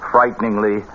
Frighteningly